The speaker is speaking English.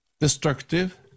destructive